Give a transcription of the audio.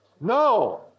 no